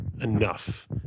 enough